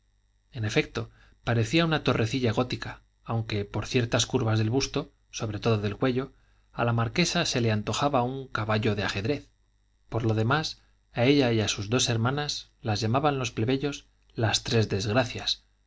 en efecto parecía una torrecilla gótica aunque por ciertas curvas del busto sobre todo del cuello a la marquesa se le antojaba un caballo de ajedrez por lo demás a ella y a sus dos hermanas las llamaban los plebeyos las tres desgracias